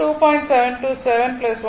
77 1